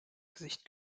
gesicht